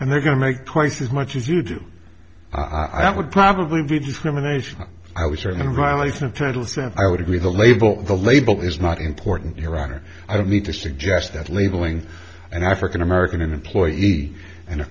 and they're going to make twice as much as you do i would probably be discrimination i was there and violation of title i would agree the label the label is not important your honor i don't need to suggest that labeling an african american an employee and